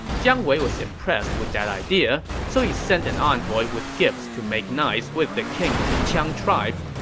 jiang wei was impressed with that idea, so he sent an envoy with gifts to go make nice with the king of the qiang tribes,